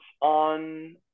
on